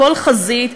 בכל חזית,